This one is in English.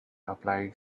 applying